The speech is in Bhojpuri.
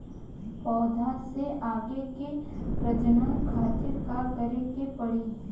पौधा से आगे के प्रजनन खातिर का करे के पड़ी?